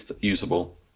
usable